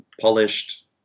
polished